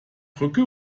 brücke